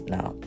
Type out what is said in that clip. Now